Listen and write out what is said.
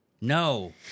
No